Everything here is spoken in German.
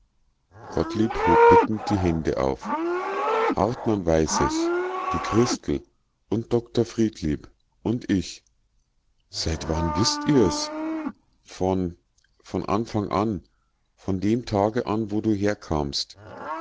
gottlieb hob bittend die hände auf hartmann weiß es die christel und dr friedlieb und ich seit wann wißt ihr's von von anfang an von dem tage an wo du herkamst